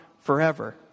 forever